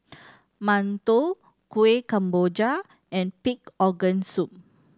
mantou Kuih Kemboja and pig organ soup